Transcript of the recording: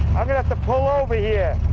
i'm gonna have to pull over here.